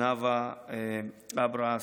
נאוה אברס,